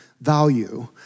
value